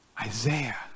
Isaiah